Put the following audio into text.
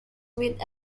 with